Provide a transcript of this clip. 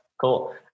Cool